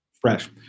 fresh